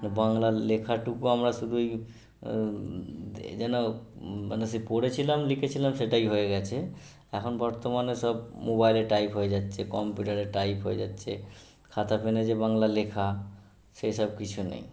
বাংলা লেখাটুকু আমরা শুধু দে যেন মানে সে পড়েছিলাম লিখেছিলাম সেটাই হয়ে গেছে এখন বর্তমানে সব মোবাইলে টাইপ হয়ে যাচ্ছে কম্পিউটারে টাইপ হয়ে যাচ্ছে খাতা পেনে যে বাংলা লেখা সেসব কিছু নেই